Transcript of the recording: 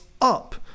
up